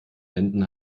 wänden